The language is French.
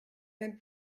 même